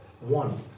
One